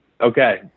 okay